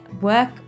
work